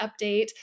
update